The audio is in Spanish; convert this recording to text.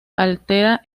altera